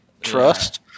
Trust